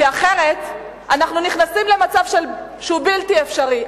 כי אחרת אנחנו נכנסים למצב שהוא בלתי אפשרי.